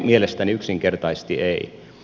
mielestäni yksinkertaisesti ei